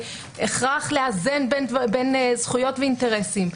והכרח לאזן בין זכויות ואינטרסים,